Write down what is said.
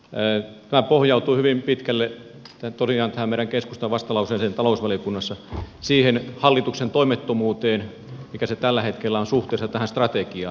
reetta pohjautuu hyvin pitkälle ja tuli tämä meidän keskustan vastalause talousvaliokunnassa pohjautuu hyvin pitkälle tosiaan siihen hallituksen toimettomuuteen mikä se tällä hetkellä on suhteessa tähän strategiaan